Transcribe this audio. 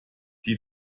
die